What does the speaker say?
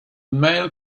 male